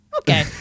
Okay